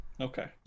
Okay